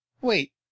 wait